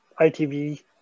ITV